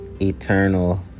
eternal